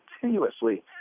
continuously